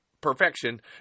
perfection